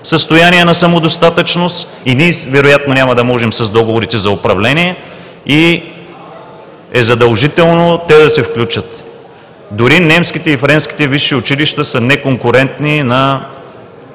състояние на самодостатъчност, ние вероятно няма да можем с договорите за управление и е задължително те да се включат. Дори немските и френските висши училища са неконкурентни на